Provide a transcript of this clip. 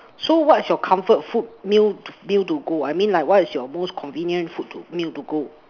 so what's your comfort food meal meal to go I mean like what is your most convenient food meal to go